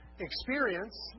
experience